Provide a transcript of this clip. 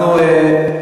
אנחנו,